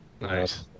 nice